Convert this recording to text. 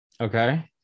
Okay